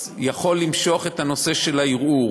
יכול למשוך את הנושא של הערעור.